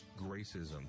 Gracism